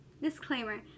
Disclaimer